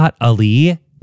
Ali